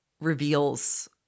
reveals